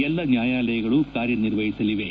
ಎಲ್ಲಾ ನ್ಯಾಯಾಲಯಗಳು ಕಾರ್ಯನಿರ್ವಹಿಸಲಿವೆ